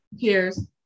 Cheers